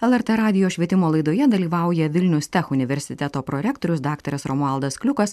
lrt radijo švietimo laidoje dalyvauja vilnius tech universiteto prorektorius daktaras romualdas kliukas